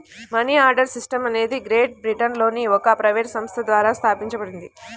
money order system అనేది great బ్రిటన్లోని ఒక ప్రైవేట్ సంస్థ ద్వారా స్థాపించబడింది